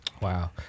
Wow